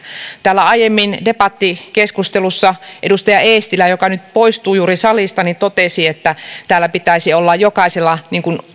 täällä aiemmin debattikeskustelussa edustaja eestilä joka nyt poistui juuri salista totesi että pitäisi olla jokaisella